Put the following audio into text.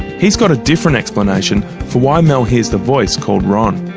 he's got a different explanation for why mel hears the voice called ron.